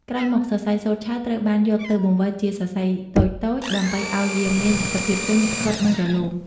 ក្រោយមក សរសៃសូត្រឆៅត្រូវបានយកទៅបង្វិលជាសរសៃតូចៗ ដើម្បីឱ្យវាមានសភាពទន់ ស្វិត និងរលោង។